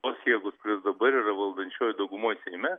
tos jėgos kurios dabar yra valdančioj daugumoj seime